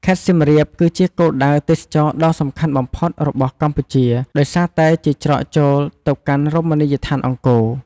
ខេត្តសៀមរាប គឺជាគោលដៅទេសចរណ៍ដ៏សំខាន់បំផុតរបស់កម្ពុជា ដោយសារតែជាច្រកចូលទៅកាន់រមណីយដ្ឋានអង្គរ។